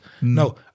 No